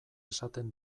esaten